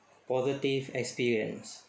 positive experience